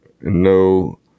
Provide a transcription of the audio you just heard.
no